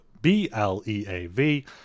BLEAV